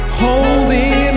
holding